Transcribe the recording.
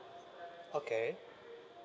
okay